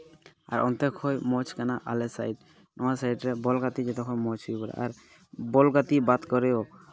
ᱟᱨ ᱚᱱᱛᱮ ᱠᱷᱚᱡ ᱢᱚᱡᱽ ᱠᱟᱱᱟ ᱟᱞᱮ ᱥᱟᱭᱤᱰ ᱱᱚᱣᱟ ᱥᱟᱭᱤᱰ ᱨᱮ ᱵᱚᱞ ᱜᱟᱛᱮᱜ ᱡᱚᱛᱚ ᱠᱷᱚᱡ ᱢᱚᱡᱽ ᱦᱩᱭ ᱵᱟᱲᱟᱜᱼᱟ ᱟᱨ ᱵᱚᱞ ᱜᱟᱛᱮᱜ ᱵᱟᱫ ᱠᱚᱨᱮᱣ